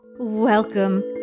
Welcome